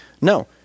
No